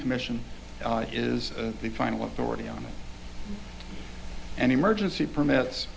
commission is the final authority on it and emergency permits